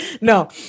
No